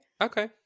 Okay